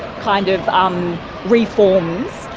kind of um reforms,